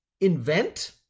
invent